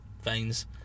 Veins